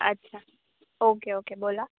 अच्छा okay okay बोला